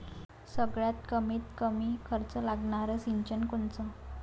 सगळ्यात कमीत कमी खर्च लागनारं सिंचन कोनचं?